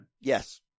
Yes